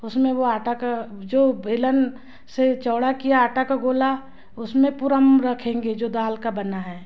उसमें वह आटा का जो बेलन से चौड़ा किया आटा का गोला उसमें पूरम रखेंगे जो दाल का बना है